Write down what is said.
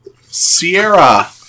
Sierra